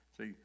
See